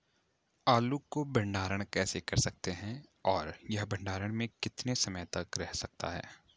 आलू को भंडारण कैसे कर सकते हैं और यह भंडारण में कितने समय तक रह सकता है?